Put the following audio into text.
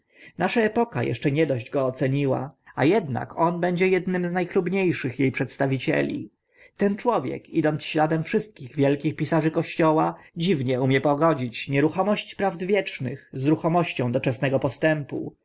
nasza epoka eszcze nie dość go oceniła a ednak on będzie ednym z na chlubnie szych e przedstawicieli ten człowiek idąc śladem wszystkich wielkich pisarzy kościoła dziwnie umie pogodzić nieruchomość prawd wiecznych z ruchomością doczesnego postępu